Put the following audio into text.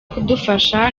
kudufasha